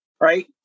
right